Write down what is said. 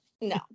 No